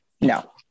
no